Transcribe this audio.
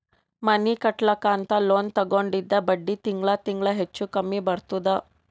ಮನಿ ಕಟ್ಲಕ್ ಅಂತ್ ಲೋನ್ ತಗೊಂಡಿದ್ದ ಬಡ್ಡಿ ತಿಂಗಳಾ ತಿಂಗಳಾ ಹೆಚ್ಚು ಕಮ್ಮಿ ಬರ್ತುದ್